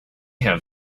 have